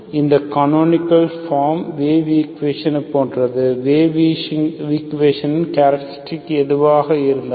இந்த canonical form wave ஈக்குவேஷனைப் போன்றது வேவ் ஈக்குவேஷனின் கேராக்டரிஸ்டிக் எதுவாக இருந்தாலும்